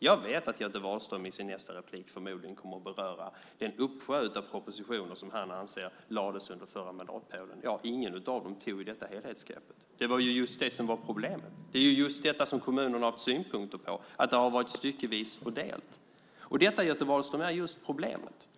Göte Wahlström kommer förmodligen i sin nästa replik att beröra den uppsjö av propositioner som han anser lades fram under den förra mandatperioden. Ingen av dem tog det här helhetsgreppet. Det var just det som var problemet. Det är just det som kommunerna har haft synpunkter på, att det har varit styckevis och delt. Detta, Göte Wahlström, är just problemet.